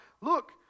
Look